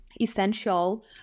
essential